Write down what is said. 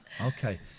Okay